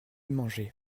manger